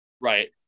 right